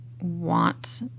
want